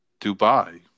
Dubai